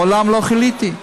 מעולם לא חליתי.